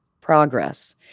progress